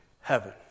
heaven